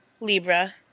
Libra